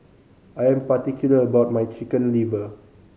I'm particular about my Chicken Liver